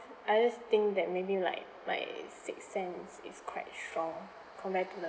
I just think that maybe like my sixth sense is quite strong compared to the